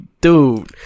dude